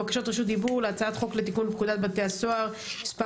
בקשות רשות דיבור להצעת חוק לתיקון פקודת בתי הסוהר (מס'